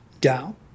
down